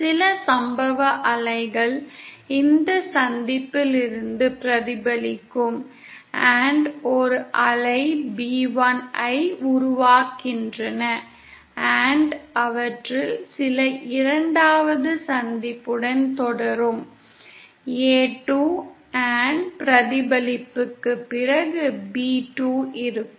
சில சம்பவ அலைகள் இந்த சந்திப்பிலிருந்து பிரதிபலிக்கும் ஒரு அலை b1 ஐ உருவாக்குகின்றன அவற்றில் சில இரண்டாவது சந்திப்புடன் தொடரும் a2 பிரதிபலிப்புக்குப் பிறகு b2 இருக்கும்